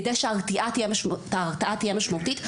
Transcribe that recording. כדי שההרתעה תהיה משמעותית,